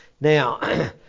Now